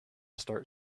start